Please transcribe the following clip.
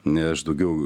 ne aš daugiau